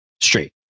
straight